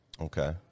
Okay